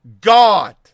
God